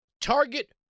Target